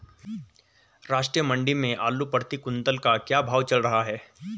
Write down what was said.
राष्ट्रीय मंडी में आलू प्रति कुन्तल का क्या भाव चल रहा है?